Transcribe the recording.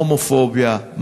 הומופוביה,